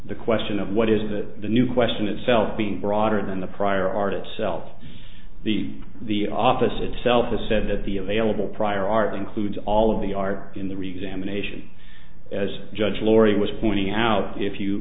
the question of what is the new question itself being broader than the prior art itself the the office itself has said that the available prior art includes all of the art in the reason am an asian as judge laurie was pointing out if you